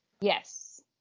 Yes